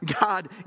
God